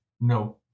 no